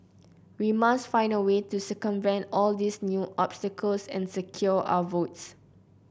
we must find a way to circumvent all these new obstacles and secure our votes